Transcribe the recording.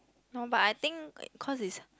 no but I think it cause it's